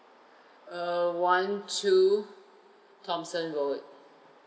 err one two thomson road